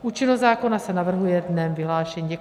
Účinnost zákona se navrhuje dnem vyhlášení.